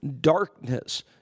darkness